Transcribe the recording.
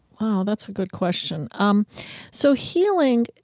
wow, that's a good question. um so healing,